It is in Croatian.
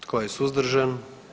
Tko je suzdržan?